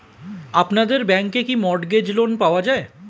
আপনাদের ব্যাংকে কি মর্টগেজ লোন পাওয়া যায়?